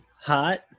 hot